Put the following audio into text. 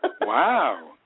Wow